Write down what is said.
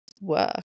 work